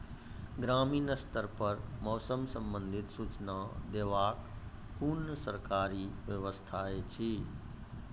ग्रामीण स्तर पर मौसम संबंधित सूचना देवाक कुनू सरकारी व्यवस्था ऐछि?